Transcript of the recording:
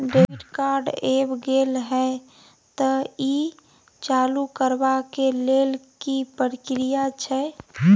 Debit card ऐब गेल हैं त ई चालू करबा के लेल की प्रक्रिया छै?